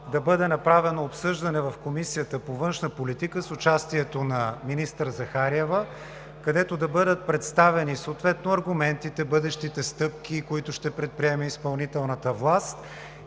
да бъде направено обсъждане в Комисията по външна политика с участието на министър Захариева, където да бъдат представени съответно аргументите, бъдещите стъпки, които ще предприеме изпълнителната власт